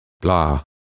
blah